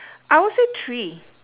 I would say three